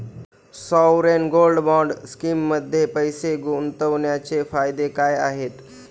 Sovereign gold bond स्कीममध्ये पैसे गुंतवण्याचे फायदे काय आहेत?